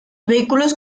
vehículos